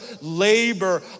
labor